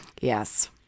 Yes